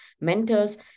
mentors